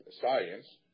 science